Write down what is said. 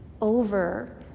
over